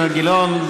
אילן גילאון,